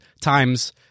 times